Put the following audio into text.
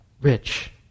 rich